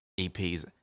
EPs